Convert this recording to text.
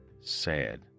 sad